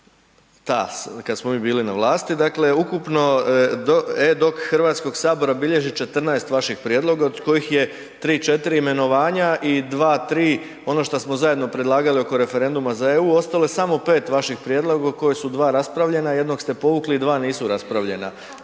HDZ-a kad smo mi bili na vlasti, dakle, ukupno e-DOC Hrvatskog sabora bilježi 14 vaših prijedloga od kojih je 3, 4 imenovanja i 2, 3 ono šta smo zajedno predlagali oko referenduma za EU, ostalo je samo 5 vaših prijedloga koja su 2 raspravljena, 1 ste povukli i 2 nisu raspravljena.